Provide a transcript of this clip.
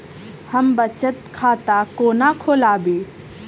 हम बचत खाता कोना खोलाबी?